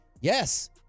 Yes